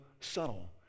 subtle